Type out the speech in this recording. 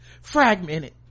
fragmented